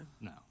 No